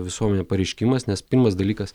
visuomenę pareiškimas nes pirmas dalykas